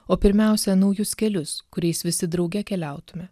o pirmiausia naujus kelius kuriais visi drauge keliautume